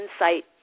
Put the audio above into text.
insight